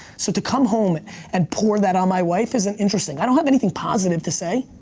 so to come home and pour that on my wife isn't interesting. i have anything positive to say.